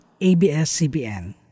ABS-CBN